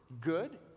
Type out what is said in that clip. good